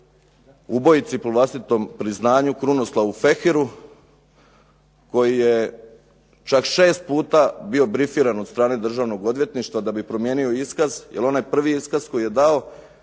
ubojici po vlastitom priznanju Krunoslavu Feheru, koji je čak šest puta bio brifiran od strane Državnog odvjetništva da bi promijenio iskaz, jer onaj prvi iskaz koji je dao